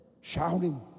shouting